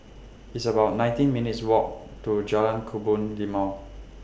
It's about nineteen minutes' Walk to Jalan Kebun Limau